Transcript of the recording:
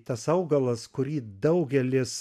tas augalas kurį daugelis